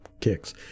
kicks